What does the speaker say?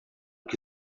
que